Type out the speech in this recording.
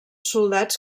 soldats